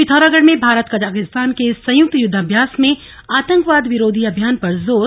पिथौरागढ़ में भारत कजाकिस्तान के संयुक्त युद्धाम्यास में आतंकवाद विरोधी अभियान पर जोर